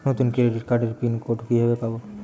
নতুন ক্রেডিট কার্ডের PIN code কিভাবে পাব?